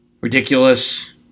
Ridiculous